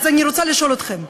אני רוצה לשאול אתכם: